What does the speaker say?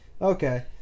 Okay